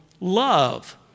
love